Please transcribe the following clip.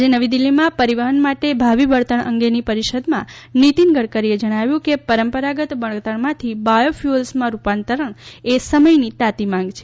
આજે નવી દીલ્ફીમાં પરિવહન માટે ભાવિ બળતણ અંગેની પરિષદમાં નિતીન ગડકરીએ જણાવ્યું કે પરંપરાગત બળતણમાંથી બાયોફ્યુઅલ્સમાં રૂપાંતર એ સમયની તાતી માંગ છે